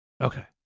Okay